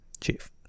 chief